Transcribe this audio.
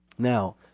Now